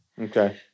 Okay